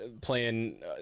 playing